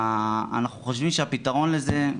אנחנו חושבים שהפתרון לזה,